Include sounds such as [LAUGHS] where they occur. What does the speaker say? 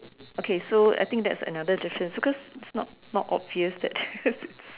okay so I think that's another difference because that's not not obvious that [LAUGHS]